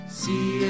see